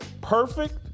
perfect